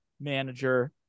manager